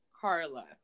Carla